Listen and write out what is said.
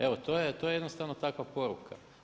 Evo to je jednostavno takva poruka.